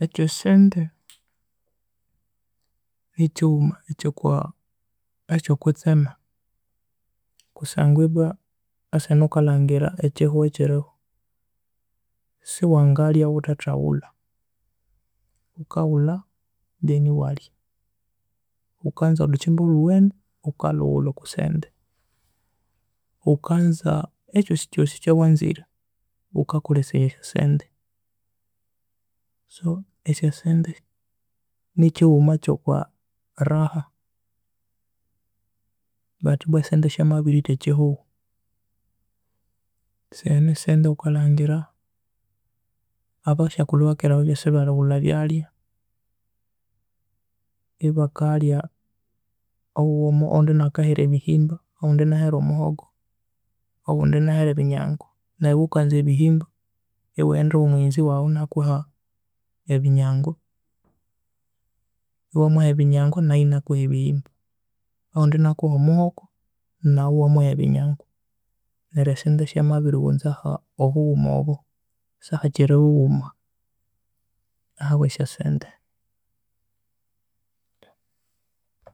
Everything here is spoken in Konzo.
Esyo sente nikighuma ekyo kwa- ekyokwitsema kusangwa ibwa esaha enu ghukalhangira ekihugho ekirho siwangalhya ghuthethaghulha, ghukaghulha then ewalhya, ghukanza olhukimba olhuwene ghukalhughulha okwa sente, ghukanza ekyosi kyosi ekyawanzire ghukakolhesaya esyo sente, so esyo sente ni kighuma ekyo kwa raha but ibwa esente syamabiritha ekihugho esaha enu esente ghukalhangira abashakulhu bakera babya esibalhighulha ebyalhya ibakalhya, oghundi inakahera ebihimba oghundi inahera omuhogo, oghundi inahera ebinyangwa neryo eweghukanza ebihimba ewaghenda ewa mughenzi waghu inakuha ebinyangwa, ewamuha ebinyangwa naghu enakuha ebihimba, oghundi enakuha omuhoko naghu ewamuha ebinyangwa neru esente syamabirighunzaho obughuma obo sihakiri bughuma ahabwe syo sente.